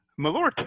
malort